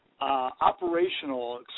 operational